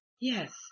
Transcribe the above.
yes